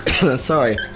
Sorry